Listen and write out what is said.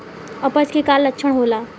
अपच के का लक्षण होला?